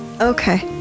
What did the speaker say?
Okay